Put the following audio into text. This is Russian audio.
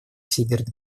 всемерной